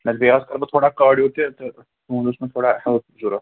نہَ بیٚیہِ آسوا نہٕ بہٕ تھوڑا کاڑیو تہِ تہٕ تُہُنٛد اوس مےٚ تھوڑا ہیٚلپ ضروٗرت